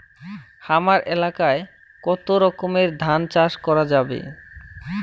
হামার এলাকায় কতো রকমের ধান চাষ করা যাবে?